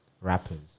Rappers